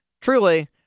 truly